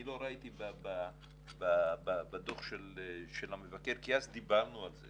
לא ראיתי בדוח של המבקר אז דיברנו על זה